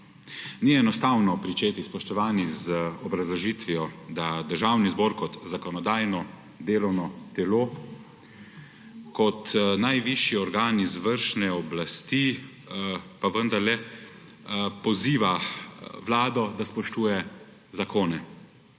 Ni enostavno pričeti, spoštovani, z obrazložitvijo, da Državni zbor kot zakonodajno delovno telo, kot najvišji organ izvršne oblasti pa vendarle poziva Vlado, da spoštuje zakone.